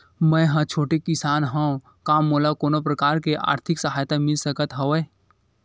मै ह छोटे किसान हंव का मोला कोनो प्रकार के आर्थिक सहायता मिल सकत हवय?